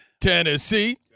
Tennessee